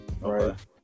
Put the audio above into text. right